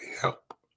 help